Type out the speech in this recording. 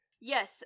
Yes